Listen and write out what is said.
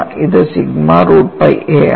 ഇത് sigma root pi a ആണ്